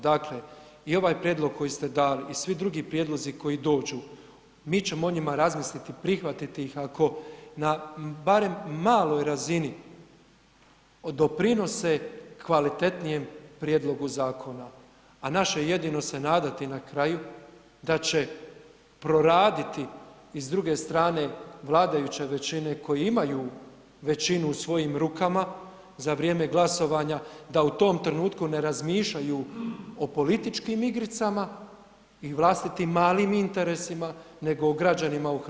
Dakle i ovaj prijedlog koji ste dali i svi drugi prijedlozi koji dođu, mi ćemo o njima razmisliti, prihvatiti ih ako na barem maloj razini doprinose kvalitetnijem prijedlogu zakona, a naše je jedino se nadati na kraju da će proraditi i s druge strane vladajuće većine koji imaju većinu u svojim rukama za vrijeme glasovanja da u tom trenutku ne razmišljaju o političkim igricama i vlastitim malim interesima nego o građanima u Hrvatskoj.